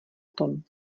tom